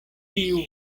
tiu